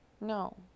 No